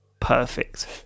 Perfect